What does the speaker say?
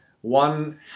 One